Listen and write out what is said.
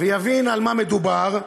ויבין על מה מדובר,